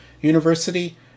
University